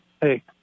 hey